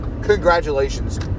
congratulations